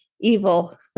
evil